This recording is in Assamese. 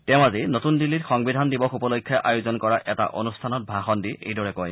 তেওঁ আজি নতুন দিল্লীত সংবিধান দিৱস উপলক্ষে আয়োজন কৰা এটা অনুষ্ঠানত ভাষণ দি এইদৰে কয়